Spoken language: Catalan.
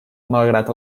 malgrat